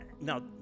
Now